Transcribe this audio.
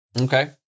Okay